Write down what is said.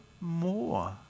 more